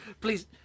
please